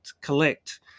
collect